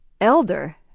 elder